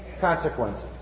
consequences